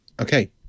Okay